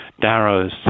Darrow's